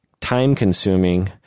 time-consuming